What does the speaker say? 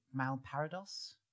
Malparados